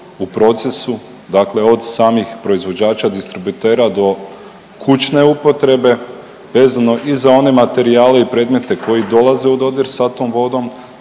u procesu dakle od samih proizvođača, distributera do kućne upotrebe vezano i za one materijale i predmete koji dolaze u dodir sa tom vodom,